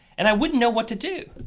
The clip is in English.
and i wouldn't know what to do.